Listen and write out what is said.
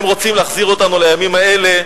הם רוצים להחזיר אותנו לימים האלה,